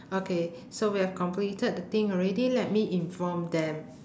okay so we have completed the thing already let me inform them